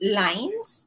lines